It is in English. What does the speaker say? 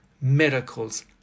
miracles